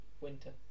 winter